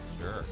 Sure